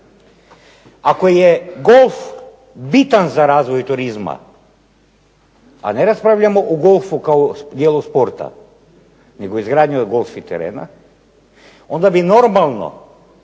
Ako je golf bitan za razvoj turizma, a ne raspravljamo o golfu kao dijelu sporta nego izgradnji golf terena, onda bi normalno